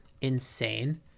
insane